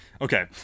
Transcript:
Okay